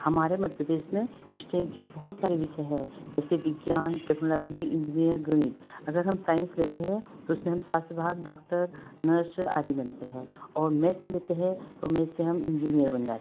हमारे मध्यप्रदेश में इस टाइप के बहुत सारे विषय हैं जैसे विज्ञान टेक्नोलॉजी इंजीनियर गणित अगर हम साइंस लेते हैं तो उसमें हम स्वास्थ्य विभाग डॉक्टर नर्स आदि बनते हैं और मैथ्स लेते हैं तो मैथ से हम इंजीनियर बन जाते हैं